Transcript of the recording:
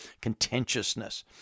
contentiousness